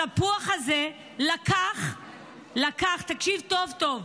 התפוח הזה תקשיב טוב טוב,